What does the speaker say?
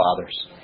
fathers